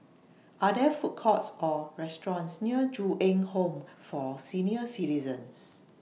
Are There Food Courts Or restaurants near Ju Eng Home For Senior Citizens